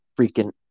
freaking